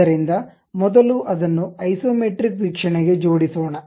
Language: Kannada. ಆದ್ದರಿಂದ ಮೊದಲು ಅದನ್ನು ಐಸೊಮೆಟ್ರಿಕ್ ವೀಕ್ಷಣೆಗೆ ಜೋಡಿಸೋಣ